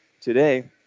today